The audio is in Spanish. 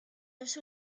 los